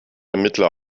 ermittler